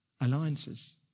alliances